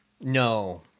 no